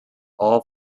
all